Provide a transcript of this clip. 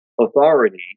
authority